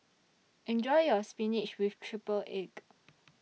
Enjoy your Spinach with Triple Egg